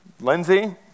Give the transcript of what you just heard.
Lindsay